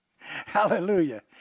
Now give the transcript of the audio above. Hallelujah